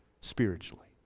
Spiritually